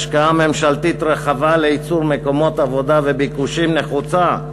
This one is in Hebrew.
השקעה ממשלתית רחבה לייצור מקומות עבודה וביקושים נחוצה.